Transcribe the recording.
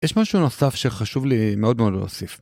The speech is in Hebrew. יש משהו נוסף שחשוב לי מאוד מאוד להוסיף.